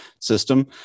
system